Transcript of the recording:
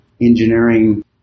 engineering